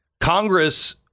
Congress